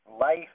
Life